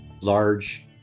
large